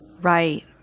Right